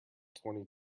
twenty